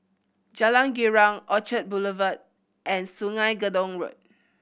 Jalan Girang Orchard Boulevard and Sungei Gedong Road